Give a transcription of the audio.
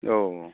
औ औ